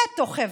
נטו חברתי,